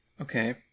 Okay